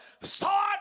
Start